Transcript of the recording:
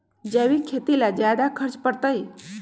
जैविक खेती ला ज्यादा खर्च पड़छई?